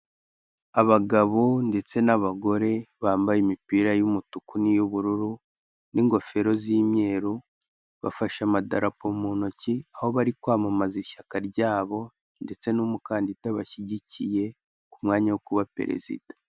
Abagabo ndetse n'abagore, bambaye imipira y'umutuku n'iy'ubururu, n'ingofero z'imyeru, bafashe amadarapo mu ntoki, aho bari kwamamaza ishyaka ryabo ndetse n'umukandida bashyigikiye, ku mwanya wo kuba perezida.